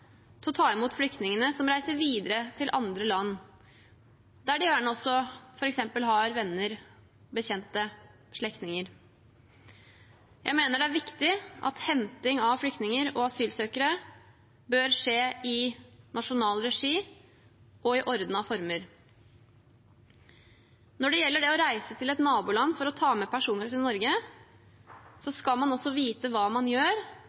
til å ta imot flyktningene som reiser videre til andre land, der de f.eks. har venner, bekjente eller slektninger. Jeg mener det er viktig at henting av flyktninger og asylsøkere bør skje i nasjonal regi og i ordnede former. Når det gjelder det å reise til et naboland for å ta med personer til Norge, skal man vite hva man gjør,